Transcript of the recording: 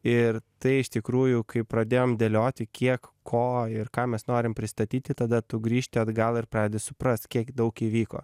ir tai iš tikrųjų kai pradėjom dėlioti kiek ko ir ką mes norim pristatyti tada tu grįžti atgal ir pradedi suprast kiek daug įvyko